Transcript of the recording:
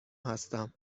هستم